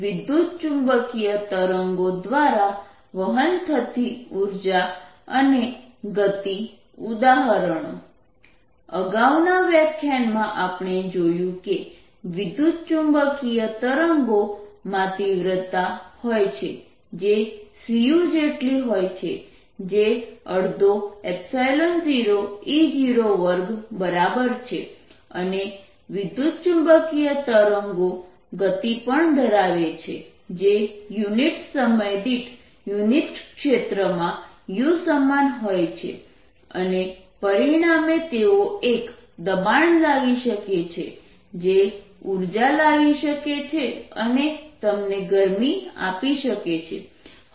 વિદ્યુતચુંબકીય તરંગો દ્વારા વહન થતી ઉર્જા અને ગતિ ઉદાહરણો અગાઉના વ્યાખ્યાનમાં આપણે જોયું કે વિદ્યુતચુંબકીય તરંગો માં તીવ્રતા હોય છે જે cu જેટલી હોય છે જે 120E02 બરાબર છે અને વિદ્યુતચુંબકીય તરંગો ગતિ પણ ધરાવે છે જે યુનિટ સમય દીઠ યુનિટ ક્ષેત્રમાં u સમાન હોય છે અને પરિણામે તેઓ એક દબાણ લાવી શકે છે જે ઊર્જા લાવી શકે છે અને તમને ગરમી આપી શકે છે